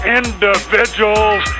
individuals